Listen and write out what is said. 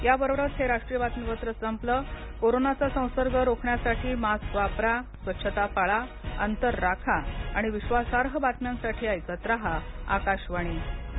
याबरोबरच हे राष्ट्रीय बातमीपत्र संपलं कोरोनाचा संसर्ग रोखण्यासाठी मास्क वापरा स्वच्छता पाळा अंतर राखा आणि विश्वासार्ह बातम्यांसाठी ऐकत रहा आकाशवाणी नमस्कार